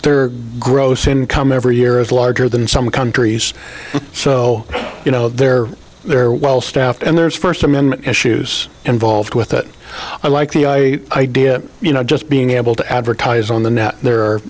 their gross income every year is larger than some countries so you know they're they're well staffed and there's first amendment issues involved with it i like the i idea you know just being able to advertise on the net the